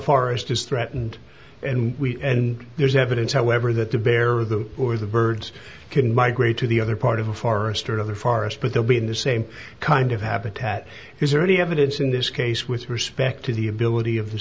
forest is threatened and there's evidence however that the bear or the who or the birds can migrate to the other part of a forest or other forest but they'll be in the same kind of habitat who's already evidence in this case with respect to the ability of